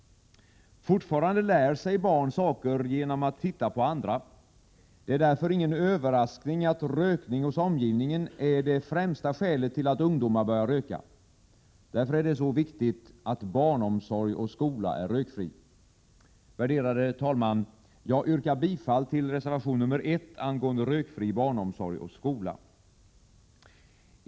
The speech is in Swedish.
Fortfarande lär sig barn saker genom att titta på andra. Det är därför ingen överraskning att rökning hos omgivningen är det främsta skälet till att ungdomar börjar röka. Därför är det så viktigt att barnomsorg och skola är rökfria. Fru talman! Jag yrkar bifall till reservation nr 1 angående rökfri barnomsorg och skola.